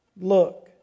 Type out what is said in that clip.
Look